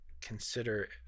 consider